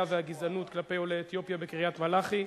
והגזענות כלפי עולי אתיופיה בקריית-מלאכי,